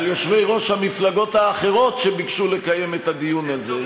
על יושבי-ראש המפלגות האחרות שביקשו לקיים את הדיון הזה,